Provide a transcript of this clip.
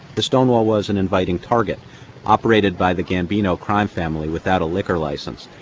the stonewall was an inviting target operated by the gambino crime family without a liquor license.